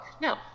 no